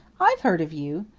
i've heard of you.